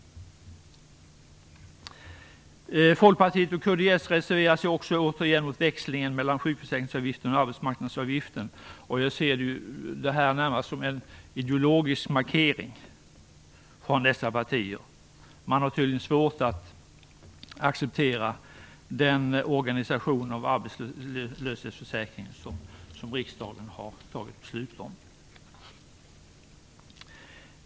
Folkpartiet och kds reserverar sig också igen mot växlingen mellan sjukförsäkringsavgiften och arbetsmarknadsavgiften. Jag ser det närmast som en ideologisk markering från dessa partier. De har tydligen svårt att acceptera den organisation av arbetslöshetsförsäkringen som riksdagen har fattat beslut om.